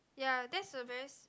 ya that's a very s~